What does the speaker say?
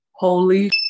Holy